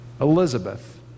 Elizabeth